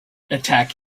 attack